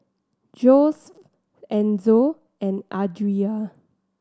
Joesph Enzo and Adria